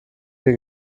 wir